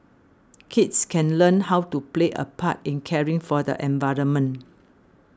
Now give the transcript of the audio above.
kids can learn how to play a part in caring for the environment